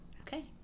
okay